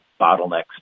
bottlenecks